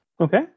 Okay